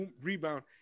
rebound